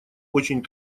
очень